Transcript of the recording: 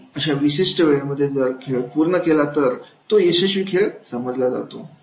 आणि अशा विशिष्ट वेळेमध्ये जर खेळ पूर्ण केला तर तो यशस्वी खेळ समजला जातो